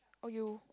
or you